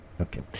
Okay